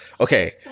okay